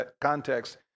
context